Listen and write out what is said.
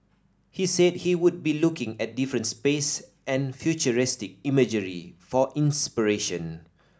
he said he would be looking at different space and futuristic imagery for inspiration